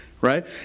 Right